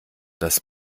das